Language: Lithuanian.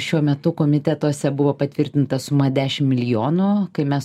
šiuo metu komitetuose buvo patvirtinta suma dešim milijonų kai mes